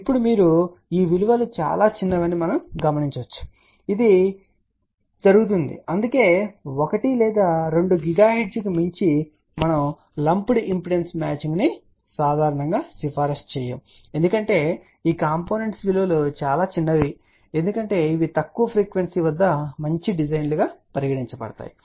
ఇప్పుడు మీరు ఈ విలువలు చాలా చిన్నవి అని గమనించవచ్చు మరియు ఇది జరుగుతుంది అందుకే 1 లేదా 2 GHz కి మించి తే మనము లంపుడ్ ఇంపిడెన్స్ మ్యాచింగ్ను సాధారణంగా సిఫారసు చేయము సరే ఎందుకంటే ఈ కాంపోనెంట్స్ విలువలు చాలా చిన్నవిగా మారతాయి ఎందుకంటే ఇవి తక్కువ ఫ్రీక్వెన్సీ వద్ద మాత్రమే మంచి డిజైన్లు గా పరిగణించబడతాయి